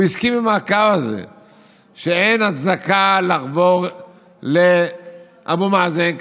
הוא הסכים עם הקו הזה שאין הצדקה לחבור לאבו מאזן,